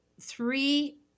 Three